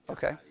Okay